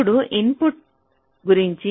ఇప్పుడు ఇన్పుట్ల గురించి